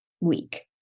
week